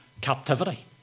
captivity